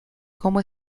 cómo